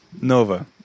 Nova